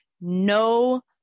no